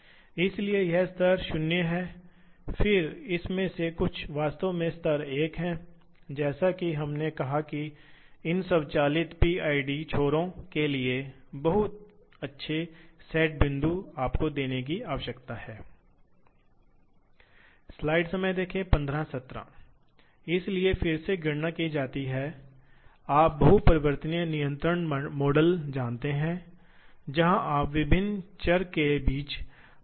तो यह मूल रूप से ऑपरेटरों के मैनुअल कार्यों को बदलने के लिए है और इसलिए मशीन को निर्देश जो इसके संचालन के लिए आवश्यक हैं एक प्रकार के कार्यक्रम के रूप में लिखे गए हैं जिन्हें प्रोग्राम प्रोग्राम कहा जाता है हम उन गतिविधियों का वर्णन करते हैं जिन्हें व्याख्या और निष्पादित किया जाता है